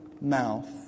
mouth